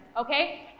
okay